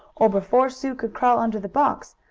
or before sue could crawl under the box,